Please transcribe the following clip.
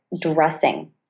dressing